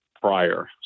prior